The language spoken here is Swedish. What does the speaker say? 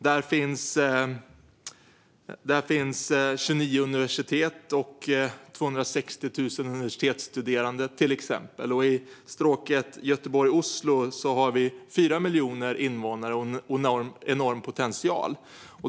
Där finns 29 universitet och 260 000 universitetsstuderande, till exempel. I stråket Göteborg-Oslo har vi 4 miljoner invånare och en enorm potential.